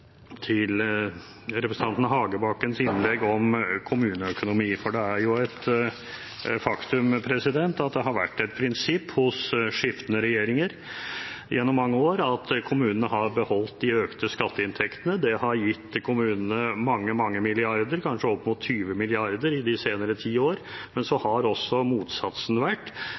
representanten Hagebakkens innlegg om kommuneøkonomi. Det er et faktum at det har vært et prinsipp hos skiftende regjeringer gjennom mange år at kommunene har fått beholde de økte skatteinntektene. Det har gitt kommunene mange, mange milliarder – kanskje opp mot 20 mrd. kr i de senere tiår – men så har også motsatsen vært